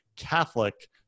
Catholic